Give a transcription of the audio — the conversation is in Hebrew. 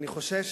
אני חושש